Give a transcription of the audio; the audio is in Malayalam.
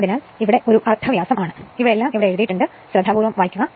അതിനാൽ ഇത് ഒരു അർദ്ധവ്യാസം ആണ് ഇവയെല്ലാം ഇവിടെ എഴുതിയിരിക്കുന്നു ശ്രദ്ധാപൂർവ്വം വായിക്കുക